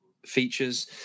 features